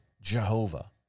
Jehovah